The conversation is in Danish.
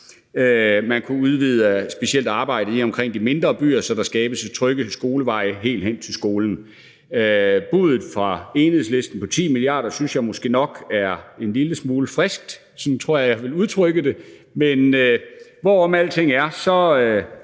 man kunne udvide specielt arbejdet i og omkring de mindre byer, så der skabes trygge skoleveje helt hen til skolen. Buddet fra Enhedslisten på 10 mia. kr. synes jeg måske nok er en lille smule friskt, sådan tror jeg jeg vil udtrykke det, men hvorom alting er,